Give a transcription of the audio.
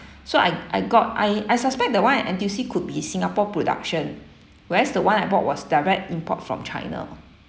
so I I got I I suspect the one at N_T_U_C could be singapore production whereas the one I bought was direct import from china